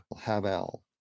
Havel